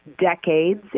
decades